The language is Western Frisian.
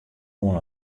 oan